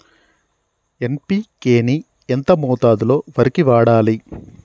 NPK ని ఎంత మోతాదులో వరికి వాడాలి?